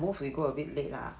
the most we go a bit late lah